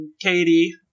Katie